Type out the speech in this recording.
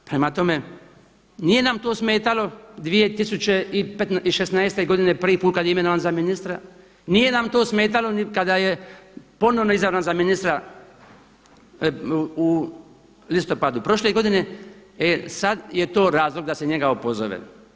Prema tome, nije nam to smetalo 2016. godine prvi put kada je imenovan za ministra, nije nam to smetalo ni kada je ponovno izabran za ministra u listopadu prošle godine e sada je to razlog da se njega opozove.